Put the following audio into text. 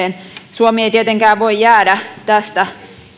suomi ei tietenkään voi jäädä tästä